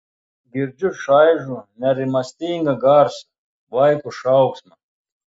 girdžiu šaižų nerimastingą garsą vaiko šauksmą